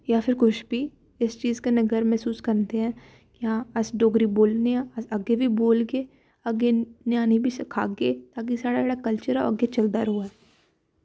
ते अस कुछ बी इस चीज कन्नै गर्व मह्सूस करदे आं जां अस डोगरी बोेलने आं अग्गें बी बोलगे अग्गें ञ्यानें गी बी सिक्खागे अग्गें साढ़ा जेह्ड़ा कल्चर ऐ अग्गें चलदा रौऐ